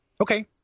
okay